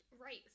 Right